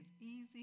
easy